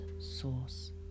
source